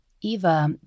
Eva